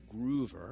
Groover